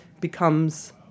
becomes